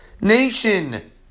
nation